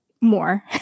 more